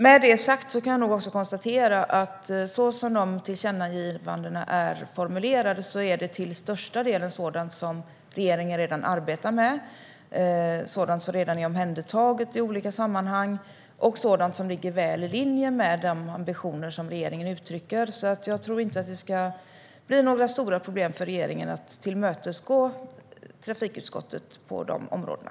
Med det sagt kan jag också konstatera att så som tillkännagivandena är formulerade är det till största delen sådant som regeringen redan arbetar med, sådant som redan är omhändertaget i olika sammanhang och sådant som ligger väl i linje med de ambitioner som regeringen uttrycker. Jag tror inte att det ska bli några stora problem för regeringen att tillmötesgå trafikutskottet på de områdena.